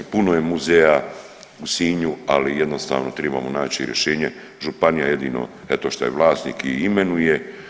Puno je muzeja u Sinju, ali jednostavno tribamo naći rješenje, županija jedino eto što je vlasnik i imenuje.